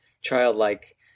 childlike